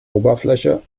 oberfläche